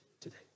today